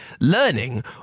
learning